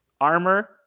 armor